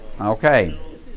Okay